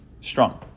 strong